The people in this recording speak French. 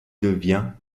devient